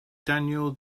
daniel